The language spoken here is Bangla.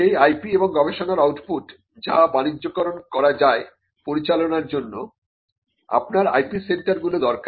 সেই IP এবং গবেষণার আউটপুট যা বাণিজ্যকরন করা যায় পরিচালনার জন্য আপনার IP সেন্টারগুলো দরকার